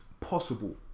possible